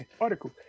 article